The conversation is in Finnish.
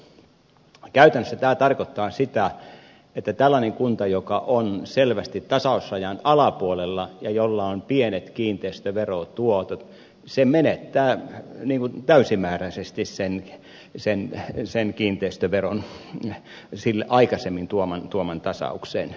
käytännössä tämä tarkoittaa sitä että tällainen kunta joka on selvästi tasausrajan alapuolella ja jolla on pienet kiinteistöverotuotot menettää täysimääräisesti sen kiinteistöveron sille aikaisemmin tuoman tasauksen